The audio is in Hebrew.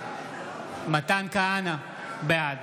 בעד